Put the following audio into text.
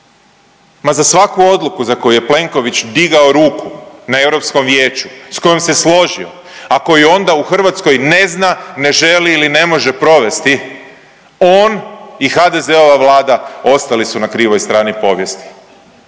Ma za svaku odluku za koju je Plenković digao ruku na EV-u, s kojom se složio, a koji onda u Hrvatskoj ne zna, ne želi ili ne može provesti, on i HDZ-ova Vlada ostali su na krivoj strani povijesti.